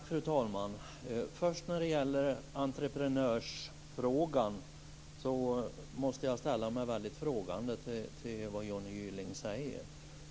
Fru talman! Först till frågan om entreprenörer. Jag ställer mig väldigt frågande till vad Johnny Gylling säger.